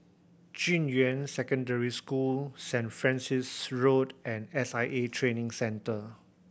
Junyuan Secondary School Saint Francis Road and S I A Training Centre